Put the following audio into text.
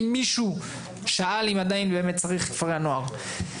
אם מישהו שאל באמת עם עדיין צריך כפרי נוער.